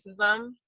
racism